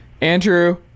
andrew